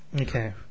Okay